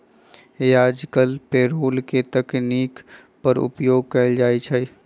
याजकाल पेरोल के तकनीक पर उपयोग कएल जाइ छइ